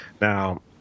Now